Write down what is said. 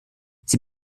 sie